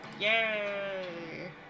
Yay